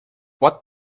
what